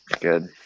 Good